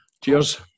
cheers